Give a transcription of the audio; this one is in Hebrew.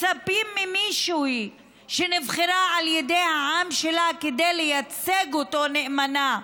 מצפים ממישהי שנבחרה על ידי העם שלה כדי לייצג אותו נאמנה,